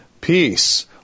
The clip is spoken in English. peace